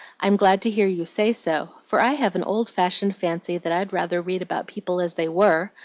i'm glad to hear you say so, for i have an old-fashioned fancy that i'd rather read about people as they were,